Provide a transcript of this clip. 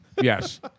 Yes